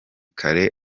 kare